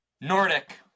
Nordic